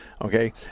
okay